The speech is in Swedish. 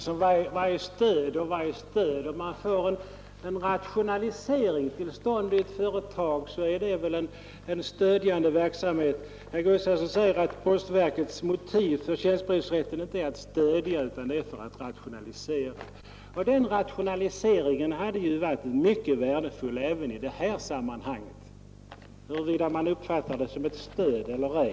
Herr talman! Ja, vad är stöd? Om man får till stånd en rationalisering i ett företag är det naturligtvis en stödjande verksamhet. Herr Gustafson i Göteborg säger att postverkets motiv för att medge tjänstebrevsrätt inte är att stödja utan att rationalisera. Just den rationaliseringen hade varit mycket värdefull även i detta sammanhang, antingen man betraktar den som stöd eller ej.